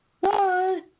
Bye